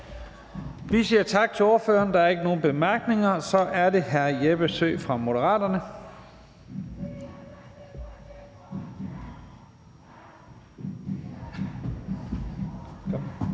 Vi siger tak til ordføreren. Der er ikke nogen korte bemærkninger, og så er det hr. Jeppe Søe fra Moderaterne.